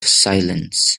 silence